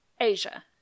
asia